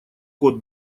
кот